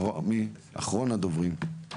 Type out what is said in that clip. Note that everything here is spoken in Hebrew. אחרון הדוברים?